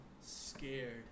scared